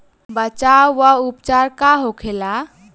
बचाव व उपचार का होखेला?